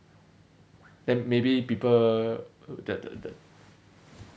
then maybe people uh the the the